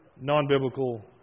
non-biblical